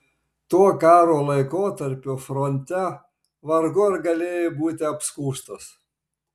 tuo karo laikotarpiu fronte vargu ar galėjai būti apskųstas